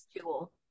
tool